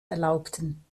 erlaubten